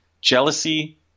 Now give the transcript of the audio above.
jealousy